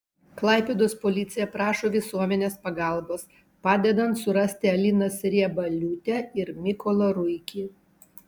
klaipėdos policija prašo visuomenės pagalbos padedant surasti aliną sriebaliūtę ir mykolą ruikį